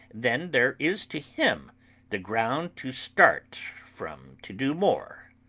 then there is to him the ground to start from to do more.